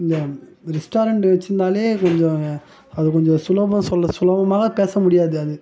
இந்த ரெஸ்டாரண்ட் வெச்சுருந்தாலே கொஞ்சம் அது கொஞ்சம் சுலபம் சொல்ல சுலபமாக பேச முடியாது அது